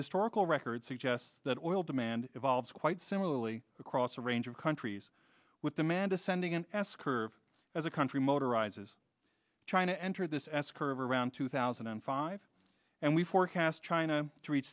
historical record suggests that oil demand evolves quite similarly so range of countries with the man descending an s curve as a country motorised is trying to enter this s curve around two thousand and five and we forecast china to rea